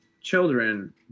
children